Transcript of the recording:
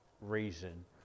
reason